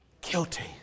guilty